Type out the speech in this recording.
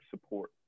support